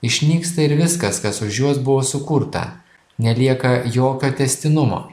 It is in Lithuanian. išnyksta ir viskas kas už juos buvo sukurta nelieka jokio tęstinumo